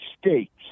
states